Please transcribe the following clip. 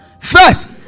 First